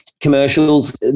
commercials